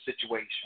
situation